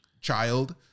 Child